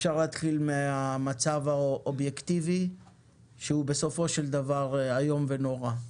אפשר להתחיל מהמצב האובייקטיבי שהוא בסופו של דבר איום ונורא,